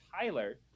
Tyler